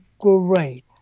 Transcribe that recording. great